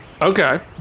Okay